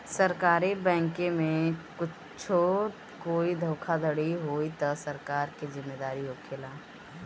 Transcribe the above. सरकारी बैंके में कुच्छो होई धोखाधड़ी होई तअ सरकार के जिम्मेदारी होखेला